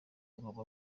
agomba